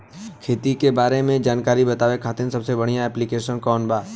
खेती के बारे में जानकारी बतावे खातिर सबसे बढ़िया ऐप्लिकेशन कौन बा?